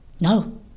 No